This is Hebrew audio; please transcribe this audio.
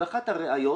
ואחת הראיות,